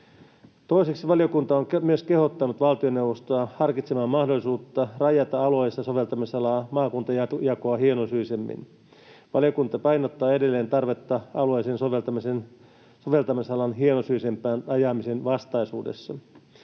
Toiseksi valiokunta on myös kehottanut valtioneuvostoa harkitsemaan mahdollisuutta rajata alueellista soveltamisalaa maakuntajakoa hienosyisemmin. Valiokunta painottaa edelleen tarvetta alueellisen soveltamisalan hienosyisempään rajaamiseen vastaisuudessa.